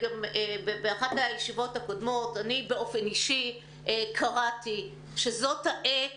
באחת הישיבות הקודמות אני באופן אישי קראתי שזו העת